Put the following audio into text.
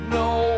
no